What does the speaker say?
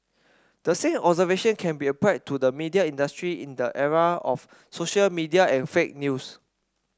the same observation can be applied to the media industry in the era of social media and fake news